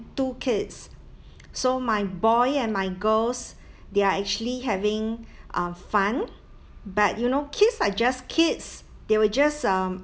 two kids so my boy and my girls they're actually having uh fun but you know kids are just kids they were just um